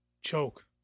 choke